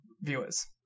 viewers